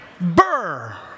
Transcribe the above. Burr